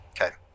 Okay